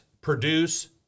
produce